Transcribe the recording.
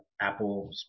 Apple